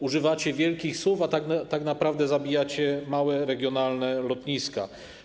Używacie wielkich słów, a tak naprawdę zabijacie małe, regionalne lotniska.